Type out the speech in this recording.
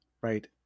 right